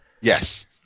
Yes